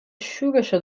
شورشو